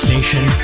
Nation